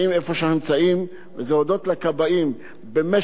במשך עשרות שנים האנשים האלה נלחמו